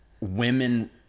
women